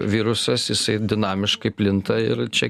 virusas jisai dinamiškai plinta ir čia